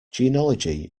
genealogy